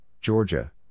Georgia